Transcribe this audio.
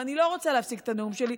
ואני לא רוצה להפסיק את הנאום שלי,